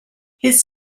his